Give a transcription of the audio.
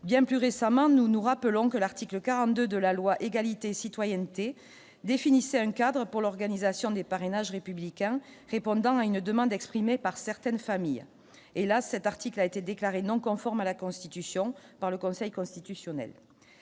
bien plus récemment, nous nous rappelons que l'article 42 de la loi égalité et citoyenneté définissez un cadre pour l'organisation des parrainages républicains, répondant à une demande exprimée par certaines familles et cet article a été déclaré non conforme à la constitution par le Conseil constitutionnel,